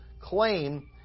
claim